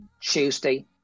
Tuesday